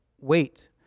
wait